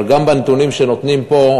אבל גם בנתונים שנותנים פה,